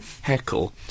heckle